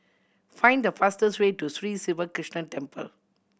find the fastest way to Sri Siva Krishna Temple